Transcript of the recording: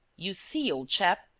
you see, old chap,